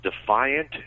defiant